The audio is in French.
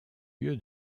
lieu